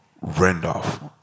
Randolph